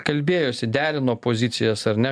kalbėjosi derino pozicijas ar ne